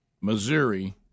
Missouri